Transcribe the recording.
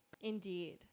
Indeed